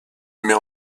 met